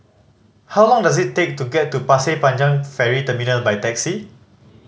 how long does it take to get to Pasir Panjang Ferry Terminal by taxi